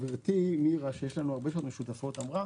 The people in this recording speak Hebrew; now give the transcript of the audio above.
חברתי, ויש לנו הרבה שעות משותפות, אמרה: